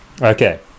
Okay